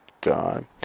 God